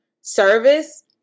service